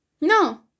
No